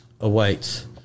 awaits